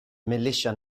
militia